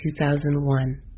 2001